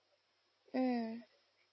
mm